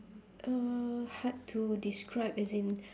uh hard to describe as in